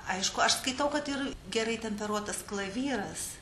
aišku aš skaitau kad ir gerai temperuotas klavyras